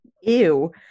ew